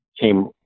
came